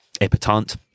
Epitant